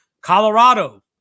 Colorado